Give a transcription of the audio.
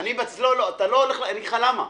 אני אגיד לך למה.